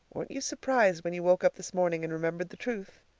weren't you surprised when you woke up this morning and remembered the truth?